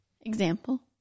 example